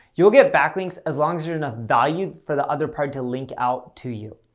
you'll get backlinks as long as you're enough value for the other party to link out to you.